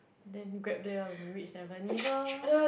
then grab there ah when we reach Tampines orh